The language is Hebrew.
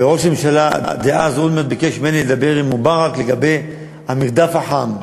וראש הממשלה דאז אהוד אולמרט ביקש ממני לדבר עם מובארק לגבי המרדף החם.